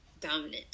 dominant